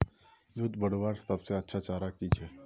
दूध बढ़वार सबसे अच्छा चारा की छे?